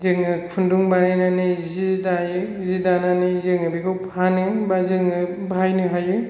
जोङो खुन्दुं बानायनानै सि दायो सि दानानै जोङो बेखौ फानो एबा जोङो बाहायनो हायो